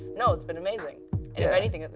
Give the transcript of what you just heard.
no, it's been amazing. yeah if anything,